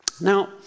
Now